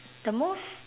the most